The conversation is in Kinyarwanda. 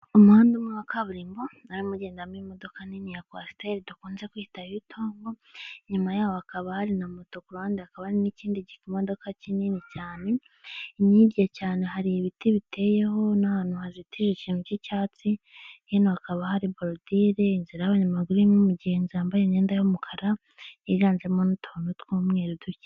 Umuhanda umwe wa kaburimbo wari urimo ugenderamo imodoka nini ya kwasiteri dukunze kwita yutongo, inyuma yaho hakaba hari na moto kuruhade hakaba hari n'ikindi kimodoka kinini cyane, hirya cyane hakaba hari ibiti biteyeho n'ahantu hazitije ikintu cy'icyatsi, hino hakaba hari borodire, nzira y'abanyamaguru irimo umugenzi wambaye imyenda y'umukara yiganjemo n'utuntu tw'umweru duke.